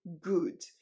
good